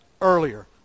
earlier